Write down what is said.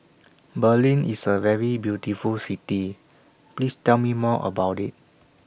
Berlin IS A very beautiful City Please Tell Me More about IT